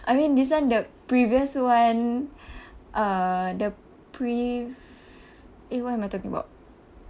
I mean this one the previous one uh the pref~ eh what am I talking about